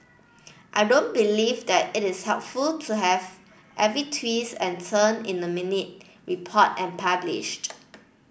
I don't believe that it is helpful to have every twist and turn in the minute reported and published